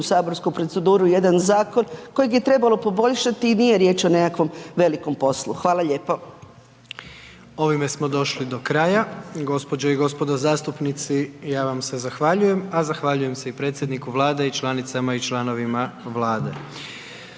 saborsku proceduru jedan zakon kojeg je trebalo poboljšati i nije riječ o nekakvom velikom poslu. Hvala lijepo. **Jandroković, Gordan (HDZ)** Ovime smo došli do kraja. Gospođo i gospodo zastupnici, ja vam se zahvaljujem, a zahvaljujem se i predsjedniku Vlade i članicama i članovima Vlade.